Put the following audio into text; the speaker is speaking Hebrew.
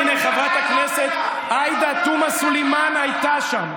הינה, חברת הכנסת עאידה תומא סלימאן הייתה שם,